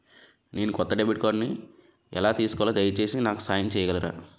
నేను కొత్త డెబిట్ కార్డ్ని ఎలా తీసుకోవాలి, దయచేసి నాకు సహాయం చేయగలరా?